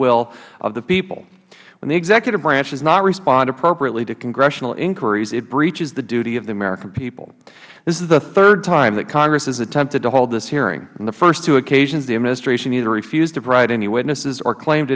will of the people when the executive branch does not respond appropriately to congressional inquiries it breaches the duty of the american people this is the third time that congress has attempted to hold this hearing on the first two occasions the administration either refused to provide any witnesses or claimed